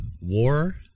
war